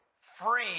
free